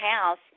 house